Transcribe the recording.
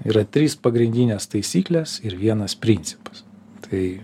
yra trys pagrindinės taisyklės ir vienas principas tai